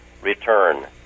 return